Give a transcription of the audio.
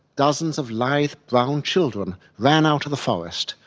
dozens of lithe brown children ran out of the forest,